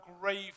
grave